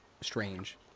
strange